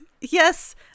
Yes